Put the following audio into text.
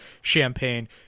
champagne